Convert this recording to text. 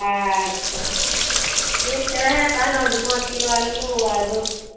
अच्छा ओएह कहलहुॅं जे पॉंच किलो आलू आ दू